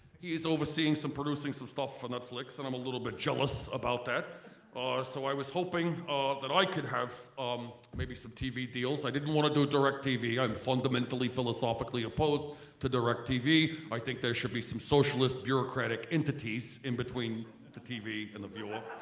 he's overseeing some producing some stuff for netflix and i'm a little bit jealous about that or so i was hoping that i could have um maybe some tv deals. i didn't want to do direct tv i'm fundamentally philosophically opposed to directv. i think there should be some socialist bureaucratic entities in between the tv and the viewer.